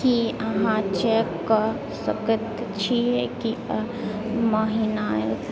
की अहाँ चेक कऽ सकैत छी कि एहि महीनाके